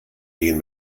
gehen